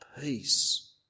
peace